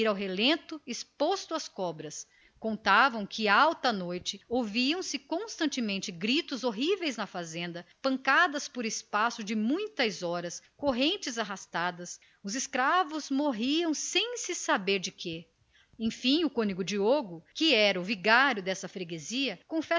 ao relento e às cobras contavam que alta noite ouviam-se constantemente gritos horríveis na fazenda pancadas por espaço de muitas horas correntes arrastadas os escravos morriam sem saber de quê enfim o cônego diogo que era o vigário desta freguesia